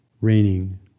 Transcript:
raining